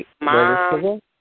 mom